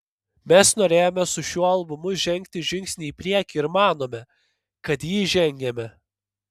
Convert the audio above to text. mes norėjome su šiuo albumu žengti žingsnį į priekį ir manome kad jį žengėme